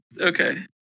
okay